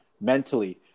mentally